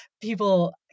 people